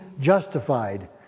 justified